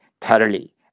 thoroughly